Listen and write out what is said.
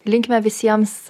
linkime visiems